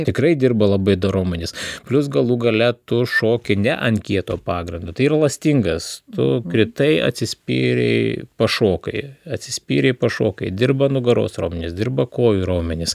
tikrai dirba labai du raumenys plius galų gale tu šoki ne ant kieto pagrindo tai yra elastingas tu kritai atsispyrei pašokai atsispyrei pašokai dirba nugaros raumenys dirba kojų raumenys